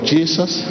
Jesus